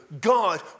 God